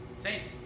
Saints